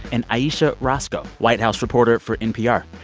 and ayesha rascoe, white house reporter for npr.